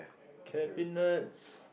cabinets